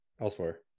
elsewhere